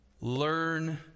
learn